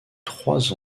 trois